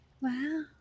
Wow